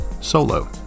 solo